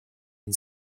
and